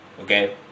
okay